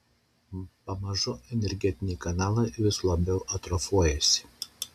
pamažu energetiniai kanalai vis labiau atrofuojasi